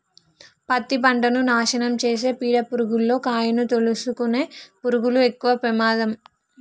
పత్తి పంటను నాశనం చేసే పీడ పురుగుల్లో కాయను తోలుసుకునే పురుగులు ఎక్కవ ప్రమాదం